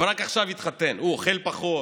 ורק עכשיו התחתן, הוא אוכל פחות?